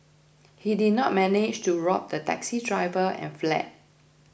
he did not manage to rob the taxi driver and fled